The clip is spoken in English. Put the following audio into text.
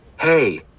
hey